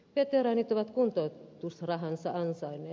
veteraanit ovat kuntoutusrahansa ansainneet